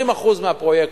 20% מהפרויקט,